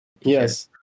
Yes